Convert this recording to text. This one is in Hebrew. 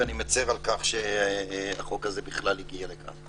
ואני מצר על כך שהחוק הזה בכלל הגיע לכאן.